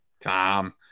Tom